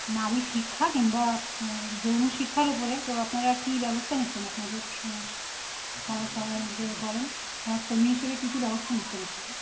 নারীশিক্ষা কিম্বা যৌন শিক্ষার ব্যাপারে তো আপনারা কী ব্যবস্থা নিচ্ছেন আপনাদের সমাজ সে সমাজ সেবা যে করেন সমাজ কর্মী হিসাবে কী কী ব্যবস্থা নিচ্ছেন আপনারা